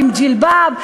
עם ג'ילבאב,